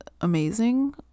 amazing